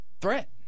threat